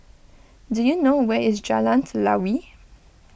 do you know where is Jalan Telawi